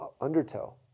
undertow